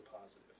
positive